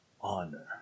honor